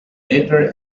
later